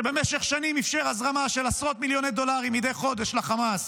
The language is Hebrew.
שבמשך שנים אפשר הזרמה של עשרות מיליוני דולרים מדי חודש לחמאס